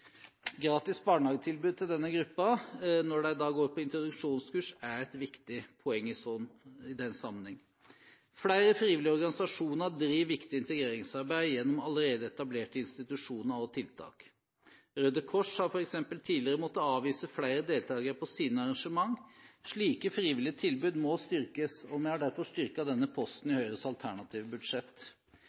Gratis barnehagetilbud til denne gruppen når de går på introduksjonskurs, er et viktig poeng i den sammenheng. Flere frivillige organisasjoner driver viktig integreringsarbeid gjennom allerede etablerte institusjoner og tiltak. Røde Kors har tidligere f.eks. måttet avvise flere deltakere på sine arrangementer. Slike frivillige tilbud må styrkes, og vi har derfor styrket denne posten i vårt alternative budsjett.